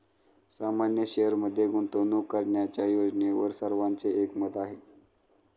सामान्य शेअरमध्ये गुंतवणूक करण्याच्या योजनेवर सर्वांचे एकमत आहे